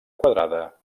quadrada